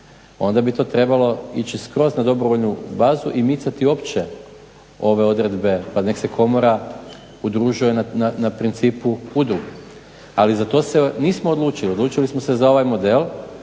onda bi to trebalo ići skroz na dobrovoljnu bazu i micati uopće ove odredbe, pa nek' se komora udružuje na principu udruge. Ali za to se nismo odlučili, odlučili smo se za ovaj model,